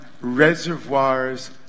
reservoirs